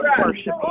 worship